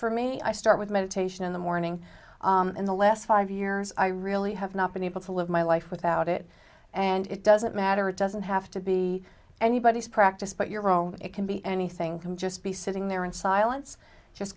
for me i start with meditation in the morning and the last five years i really have not been able to live my life without it and it doesn't matter it doesn't have to be anybody's practice but your own it can be anything from just be sitting there in silence just